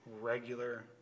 regular